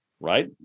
right